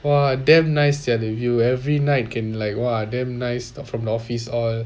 !wah! damn nice sia the view every night can like !wah! damn nice from the office all